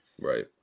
Right